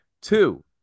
two